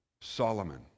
Solomon